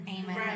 amen